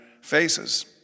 faces